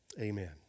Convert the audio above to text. Amen